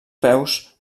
peus